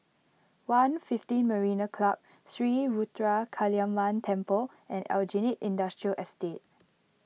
one fifteen Marina Club Sri Ruthra Kaliamman Temple and Aljunied Industrial Estate